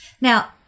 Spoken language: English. Now